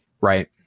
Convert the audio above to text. right